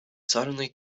suddenly